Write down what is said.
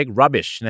rubbish